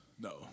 No